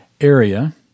area